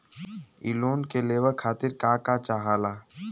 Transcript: इ लोन के लेवे खातीर के का का चाहा ला?